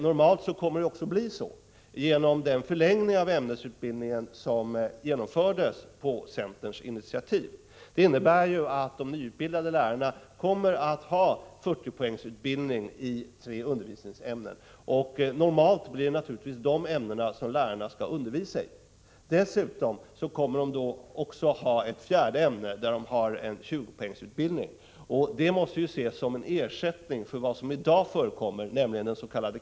Normalt kommer det också att bli så genom den förlängning av ämnesutbildningen som genomfördes på centerns initiativ. Det innebär att de nyutbildade lärarna kommer att ha 40 poäng i tre undervisningsämnen. Normalt blir det naturligtvis dessa ämnen som lärarna skall undervisa i. Dessutom kommer de att ha 20 poäng i ett fjärde ämne. Detta måste ses som en ersättning till vad som i dag förekommer, nämligen dens.k.